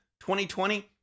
2020